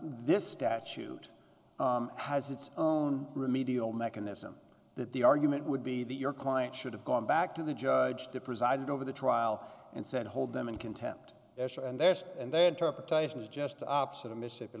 this statute has its own remedial mechanism that the argument would be that your client should have gone back to the judge who presided over the trial and said hold them in contempt as well and there's and their interpretation is just the opposite of mississippi